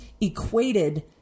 equated